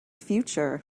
future